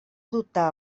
dotar